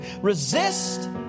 Resist